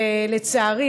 ולצערי,